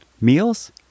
Meals